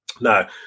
Now